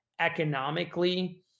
economically